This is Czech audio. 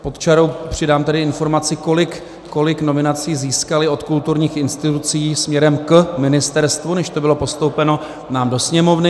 Pod čarou přidám tedy informaci, kolik nominací získali od kulturních institucí směrem k ministerstvu, než to bylo postoupeno nám do Sněmovny.